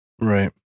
Right